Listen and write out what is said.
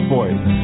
Voice